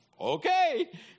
Okay